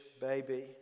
baby